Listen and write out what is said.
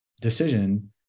decision